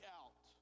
out